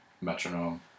metronome